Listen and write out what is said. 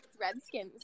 Redskins